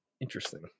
interesting